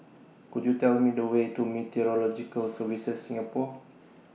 Could YOU Tell Me The Way to Meteorological Services Singapore